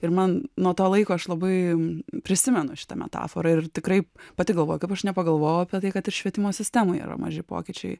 ir man nuo to laiko aš labai prisimenu šitą metaforą ir tikrai pati galvoju kaip aš nepagalvojau apie tai kad ir švietimo sistemoj yra maži pokyčiai